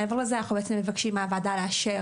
מעבר לזה אנחנו בעצם מבקשים מהוועדה לאשר